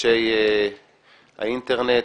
אנשי האינטרנט,